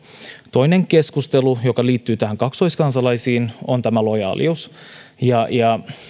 toinen keskustelu joka liittyy näihin kaksoiskansalaisiin on lojaalius jos